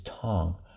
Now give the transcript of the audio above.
tongue